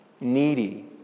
needy